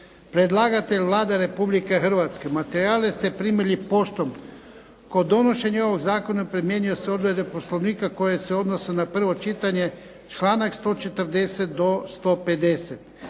Predlagatelj Vlada Republike Hrvatske. Materijale ste primili poštom. Kod donošenja ovog zakona primjenjuju se odredbe Poslovnika koje se odnose na prvo čitanje, članak 140. do 150.